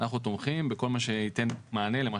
אנחנו תומכים בכל מה שייתן מענה למה